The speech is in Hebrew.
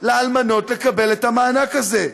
לאלמנות לקבל את המענק הזה.